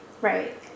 right